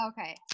Okay